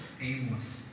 aimless